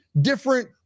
different